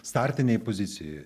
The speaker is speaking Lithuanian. startinėj pozicijoj